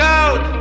out